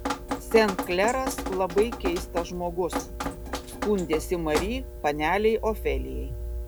sen kleras labai keistas žmogus skundėsi mari panelei ofelijai